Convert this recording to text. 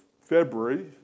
February